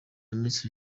minisitiri